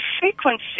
frequency